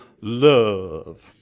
love